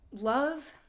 love